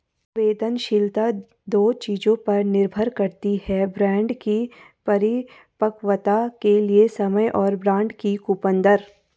संवेदनशीलता दो चीजों पर निर्भर करती है बॉन्ड की परिपक्वता के लिए समय और बॉन्ड की कूपन दर